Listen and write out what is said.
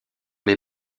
les